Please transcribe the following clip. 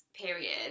period